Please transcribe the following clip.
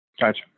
gotcha